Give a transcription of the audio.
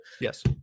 Yes